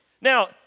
Now